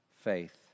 faith